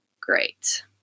great